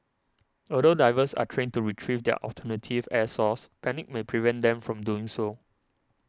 although divers are trained to retrieve their alternative air source panic may prevent them from doing so